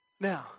Now